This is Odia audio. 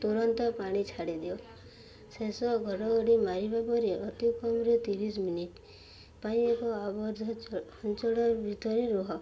ତୁରନ୍ତ ପାଣି ଛାଡ଼ି ଦିଅ ଶେଷ ଘଡ଼ଘଡ଼ି ମାରିବା ପରେ ଅତି କମ୍ରେ ତିରିଶ ମିନିଟ୍ ପାଇଁ ଏକ ଆବଦ୍ଧ ଜଳ ଭିତରେ ରୁହ